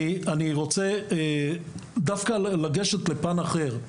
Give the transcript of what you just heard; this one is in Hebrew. אני רוצה לגשת לפן אחר.